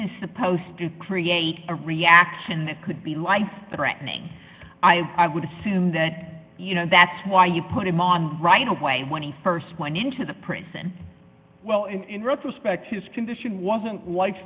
is supposed to create a reaction that could be life threatening i would assume that you know that's why you put him on right away when he st went into the prison well and in retrospect his condition wasn't life